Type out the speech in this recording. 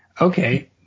Okay